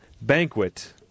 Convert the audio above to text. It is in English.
banquet